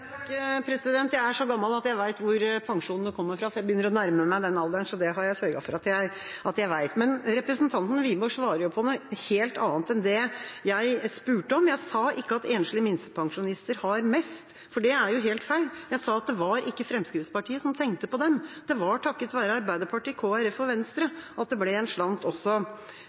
Jeg er så gammel at jeg vet hvor pensjonene kommer fra. Jeg begynner å nærme meg den alderen, så det har jeg sørget for at jeg vet. Representanten Wiborg svarer på noe helt annet enn det jeg spurte om. Jeg sa ikke at enslige minstepensjonister har mest, for det er jo helt feil. Jeg sa at det var ikke Fremskrittspartiet som tenkte på dem. Det var takket være Arbeiderpartiet, Kristelig Folkeparti og Venstre at det ble en slant også